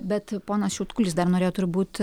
bet ponas šiautkulis dar norėjo turbūt